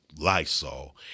Lysol